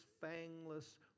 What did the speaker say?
fangless